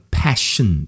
passion